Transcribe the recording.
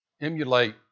emulate